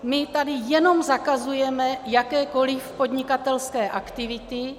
My tady jenom zakazujeme jakékoli podnikatelské aktivity.